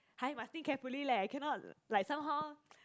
hi must think carefully leh cannot like somehow